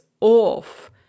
off